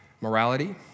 morality